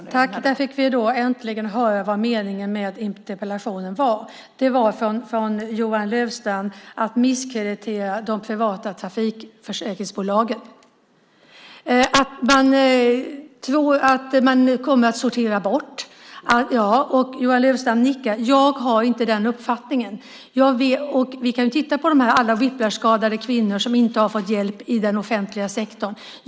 Fru talman! Där fick vi äntligen höra från Johan Löfstrand vad meningen med interpellationen var, nämligen att misskreditera de privata trafikförsäkringsbolagen. Han tror att bolagen kommer att sortera bort. Han nickar. Jag har inte den uppfattningen. Vi kan titta på alla whiplashskadade kvinnor som inte har fått hjälp i den offentliga sektorn.